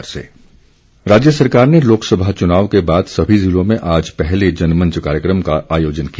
जनमंच राज्य सरकार ने लोकसभा चुनाव के बाद सभी ज़िलों में आज पहले जनमंच कार्यक्रम का आयोजन किया